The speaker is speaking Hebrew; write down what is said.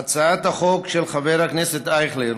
הצעת החוק של חבר הכנסת אייכלר